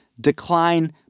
decline